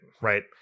right